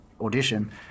audition